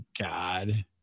God